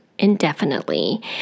indefinitely